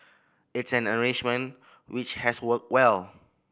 it's an arrangement which has worked well